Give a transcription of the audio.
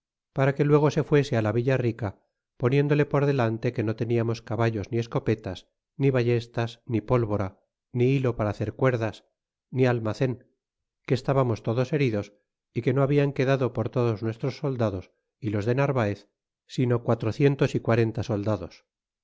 para que luego se fuese á la villa rica poniéndole por delante que no teniamos caballos ni escopetas ni vallestas ni pólvora ni hilo para hacer cuerdas ni almacen que estábamos todos heridos y que no hablan quedado por todos nuestros soldados y los de narvaez sino quatrocientos y quarenta soldados